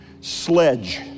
sledge